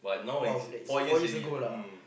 !wow! that is four years ago lah